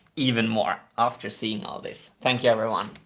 even more after seeing all this. thank you, everyone!